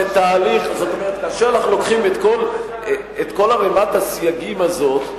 כאשר אנחנו לוקחים את כל ערימת הסייגים הזאת,